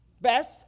Best